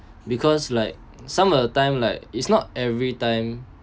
because like some of the time like it's not every time